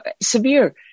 severe